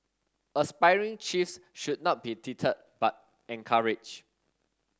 aspiring chiefs should not be deterred but encouraged